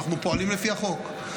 אנחנו פועלים לפי החוק.